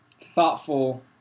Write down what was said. thoughtful